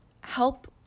help